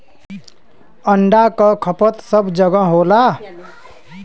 अंडा क खपत सब जगह होला